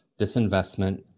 disinvestment